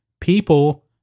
People